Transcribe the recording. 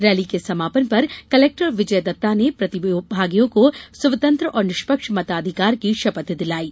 rally के समापन पर कलेक्टर विजय दत्ता ने प्रतिभागियों को स्वतंत्र और निष्पक्ष मताधिकार की शपथ दिलायी